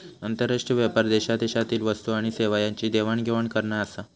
आंतरराष्ट्रीय व्यापार देशादेशातील वस्तू आणि सेवा यांची देवाण घेवाण करना आसा